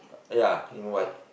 yeah in white